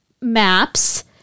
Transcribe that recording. maps